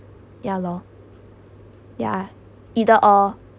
ya lor ya either or